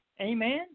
Amen